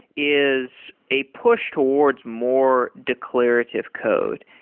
is a push towards more declarative code,